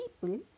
people